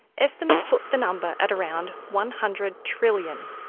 estimates put the number at around one hundred trillion.